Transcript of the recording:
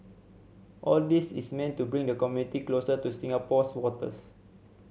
all this is meant to bring the community closer to Singapore's waters